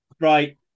Right